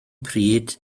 pryd